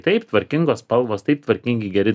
taip tvarkingos spalvos taip tvarkingi geri